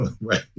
right